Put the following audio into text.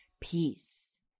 Peace